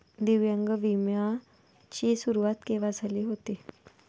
दिव्यांग विम्या ची सुरुवात केव्हा झाली होती?